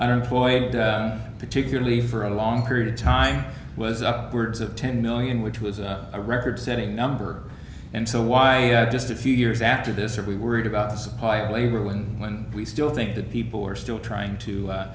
underemployed particularly for a long period of time was upwards of ten million which was a record setting number and so why just a few years after this that we worried about the supply of labor and when we still think that people are still trying to